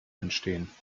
entstehen